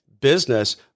business